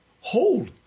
hold